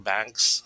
Banks